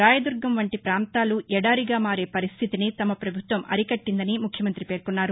రాయదుర్గం వంటి పాంతాలు ఎడారిగా మారే పరిస్టితిని తమ పభుత్వం అరికట్టిందని ముఖ్యమంతి పేర్కొన్నారు